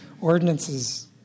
ordinances